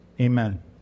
Amen